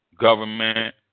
government